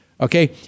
Okay